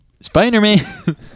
Spider-Man